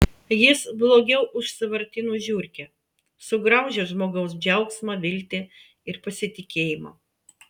jis blogiau už sąvartynų žiurkę sugraužia žmogaus džiaugsmą viltį ir pasitikėjimą